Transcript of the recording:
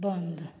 बन्द